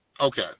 Okay